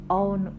own